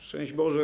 Szczęść Boże!